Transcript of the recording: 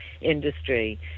industry